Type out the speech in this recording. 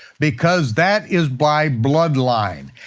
because that is by bloodline.